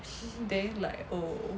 then like oh